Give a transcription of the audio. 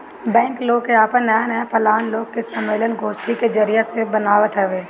bank लोग के आपन नया नया प्लान लोग के सम्मलेन, गोष्ठी के जरिया से बतावत हवे